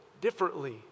differently